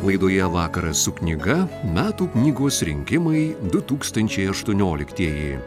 laidoje vakaras su knyga metų knygos rinkimai du tūkstačiai aštuonioliktieji